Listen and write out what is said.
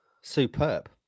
Superb